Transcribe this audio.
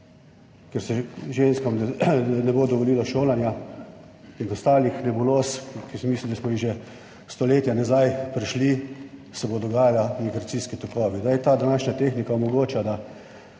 ker se ženskam ne bo dovolilo šolanja in ostalih nebuloz, ki sem mislil, da smo jih že stoletja nazaj prišli se bo dogajala migracijski tokovi. Sedaj ta današnja tehnika omogoča, da